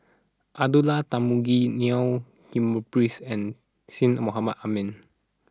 Abdullah Tarmugi Neil Humphreys and Syed Mohamed Ahmed